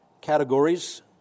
categories